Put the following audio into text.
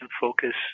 focus